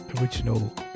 original